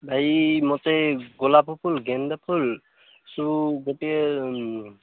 ଭାଇ ମୋତେ ଗୋଲାପ ଫୁଲ୍ ଗେଣ୍ଡୁ ଫୁଲ୍ ଗୋଟିଏ